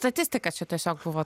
statistika čia tiesiog buvo